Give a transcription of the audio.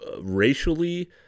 racially